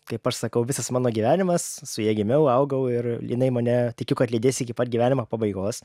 kaip aš sakau visas mano gyvenimas su ja gimiau augau ir jinai mane tikiu kad lydės iki pat gyvenimo pabaigos